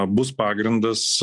bus pagrindas